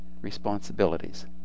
responsibilities